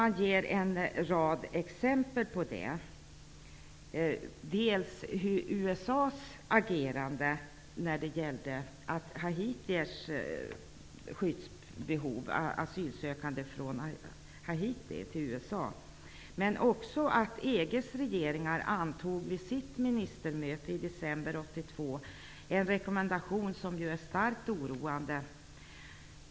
Man ger en rad exempel på detta, bl.a. USA:s agerande när det gällde skyddsbehovet för asylsökande från Haiti till USA. Men det gällde även detta att EG:s regeringar vid sitt ministermöte i december 1992 antog en rekommendation som är starkt oroande.